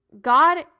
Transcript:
God